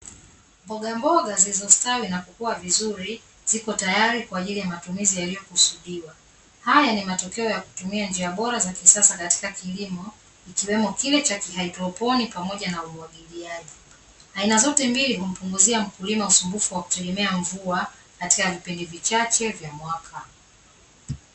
Mbogamboga zilizostawi na kukua vizuri ziko tayari kwa ajili ya matumizi yaliyokusudiwa. Haya ni matokeo ya kutumia njia bora za kisasa katika kilimo, ikiwemo kile cha hydroponi pamoja na umwagiliaji. Aina zote mbili humpunguzia mkulima wa kutegemea mvua katika vipindi vichache vya mwaka.